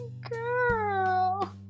girl